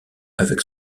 avec